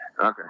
Okay